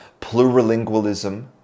plurilingualism